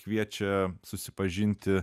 kviečia susipažinti